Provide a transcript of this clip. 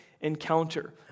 encounter